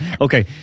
Okay